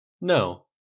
No